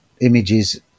images